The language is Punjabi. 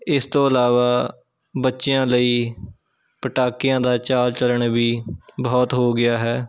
ਇਸ ਤੋਂ ਇਲਾਵਾ ਬੱਚਿਆਂ ਲਈ ਪਟਾਕਿਆਂ ਦਾ ਚਾਲ ਚੱਲਣ ਵੀ ਬਹੁਤ ਹੋ ਗਿਆ ਹੈ